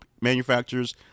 manufacturers